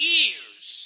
ears